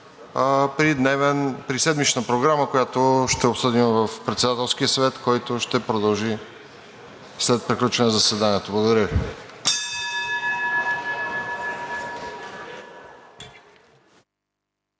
от 9,00 ч. при седмична Програма, която ще обсъдим на Председателски съвет, който ще бъде след приключване на заседанието. Благодаря